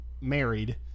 married